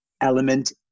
element